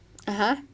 (uh huh)